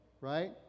right